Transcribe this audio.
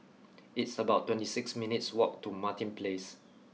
it's about twenty six minutes' walk to Martin Place